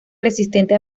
resistente